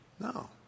No